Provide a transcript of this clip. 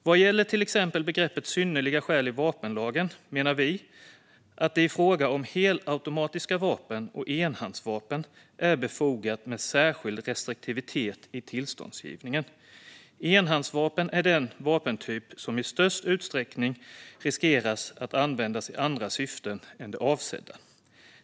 Vad gäller till exempel begreppet synnerliga skäl i vapenlagen menar vi att det i fråga om helautomatiska vapen och enhandsvapen är befogat med särskild restriktivitet i tillståndsgivningen. Enhandsvapen är den vapentyp som i störst utsträckning riskerar att användas i andra syften än de avsedda.